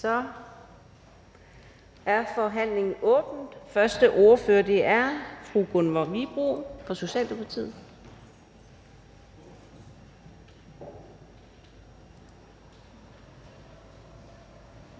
Så er forhandlingen åbnet. Første ordfører er fru Gunvor Wibroe fra Socialdemokratiet.